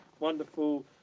Wonderful